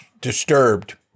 disturbed